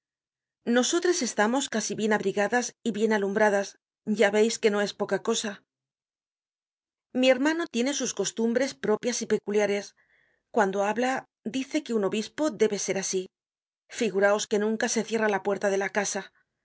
nosotras estamos casi bien abrigadas y bien alumbradas ya veis que no es poca cosa mi hermano tiene sus costumbres propias y peculiares cuando habla dice que un obispo debe ser asi figuraos que nunca se cierra la puerta de la casa